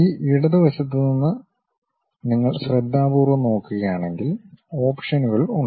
ഈ ഇടത് വശത്ത് നിങ്ങൾ ശ്രദ്ധാപൂർവ്വം നോക്കുകയാണെങ്കിൽ ഓപ്ഷനുകൾ ഉണ്ട്